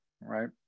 right